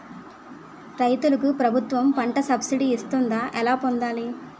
రైతులకు ప్రభుత్వం పంట సబ్సిడీ ఇస్తుందా? ఎలా పొందాలి?